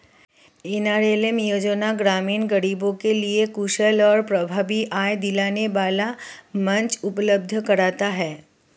NRLM योजना ग्रामीण गरीबों के लिए कुशल और प्रभावी आय दिलाने वाला मंच उपलब्ध कराता है